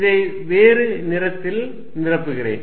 இதை வேறு நிறத்தில் நிரப்புகிறேன்